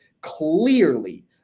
clearly